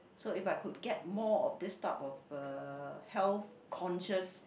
so if I could get more of this type of uh health conscious